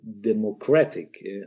democratic